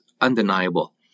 undeniable